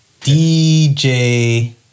DJ